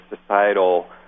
societal